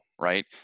right